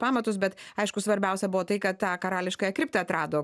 pamatus bet aišku svarbiausia buvo tai kad tą karališkąją kriptą atrado